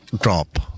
drop